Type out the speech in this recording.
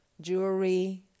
jewelry